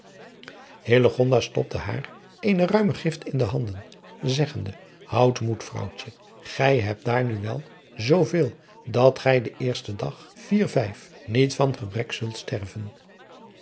stopte haar eene ruime gift in de handen zeggende houd moed vrouwtje gij hebt daar nu wel zoo veel dat gij de eerste dag vier vijf niet van gebrek zult sterven